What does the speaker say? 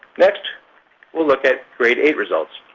next we'll look at grade eight results.